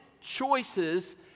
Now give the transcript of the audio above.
choices